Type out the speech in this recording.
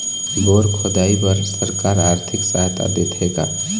Bore खोदाई बर सरकार आरथिक सहायता देथे का?